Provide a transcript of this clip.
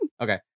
Okay